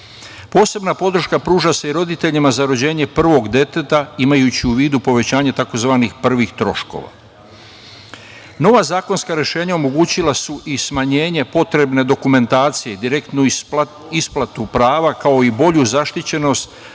podrška pruža se i roditeljima za rođenje prvog deteta, imajući u vidu povećanje tzv. prvih troškova. Nova zakonska rešenja omogućila i smanjenje potrebne dokumentacije, direktnu isplatu prava, kao i bolju zaštićenost